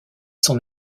son